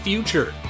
Future